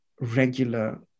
regular